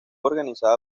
organizada